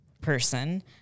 person